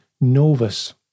Novus